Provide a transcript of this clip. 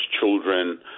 children